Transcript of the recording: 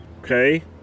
Okay